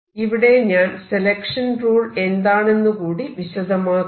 ഇവിടെ ഞാൻ selection rule എന്താണെന്ന് കൂടി വിശദമാക്കാം